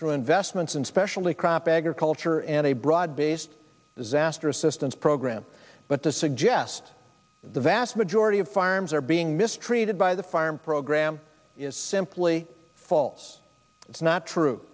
through investments in specially crop agriculture and a broad based disaster assistance program but to suggest the vast majority of farms are being mistreated by the fire and program is simply false it's not true